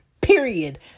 period